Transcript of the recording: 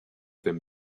them